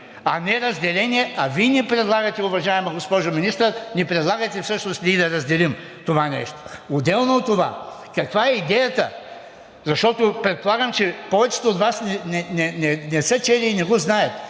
а не разделение. А Вие ни предлагате, уважаема госпожо Министър, всъщност да разделим това нещо. Отделно от това, каква е идеята? Защото предполагам, че повечето от Вас не са чели и не го знаят.